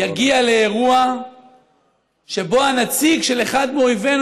יגיע לאירוע שבו הנציג של אחד מאויבינו